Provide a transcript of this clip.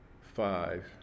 five